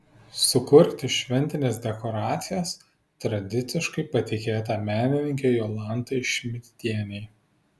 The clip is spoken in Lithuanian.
sukurti šventines dekoracijas tradiciškai patikėta menininkei jolantai šmidtienei